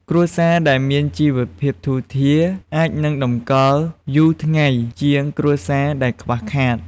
គ្រួសារដែលមានជីវភាពធូរធារ អាចនឹងតម្កល់យូរថ្ងៃជាងគ្រួសារដែលខ្វះខាត។